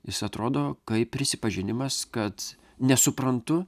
jis atrodo kaip prisipažinimas kad nesuprantu